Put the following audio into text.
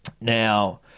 Now